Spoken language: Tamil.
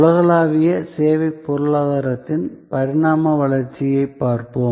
உலகளாவிய சேவை பொருளாதாரத்தின் பரிணாம வளர்ச்சியைப் பார்ப்போம்